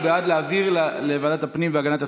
הוא בעד להעביר לוועדת הפנים והגנת הסביבה.